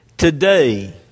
Today